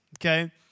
okay